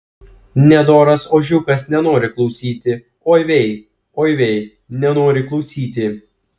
nedoras ožiukas nenori klausyti oi vei oi vei nenori klausyti